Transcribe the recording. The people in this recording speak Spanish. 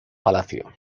palacio